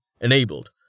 enabled